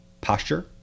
posture